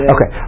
Okay